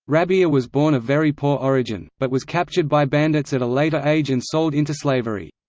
rabi'a was born of very poor origin, but was captured by bandits at a later age and sold into slavery.